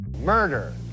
Murder